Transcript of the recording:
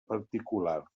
particular